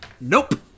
Nope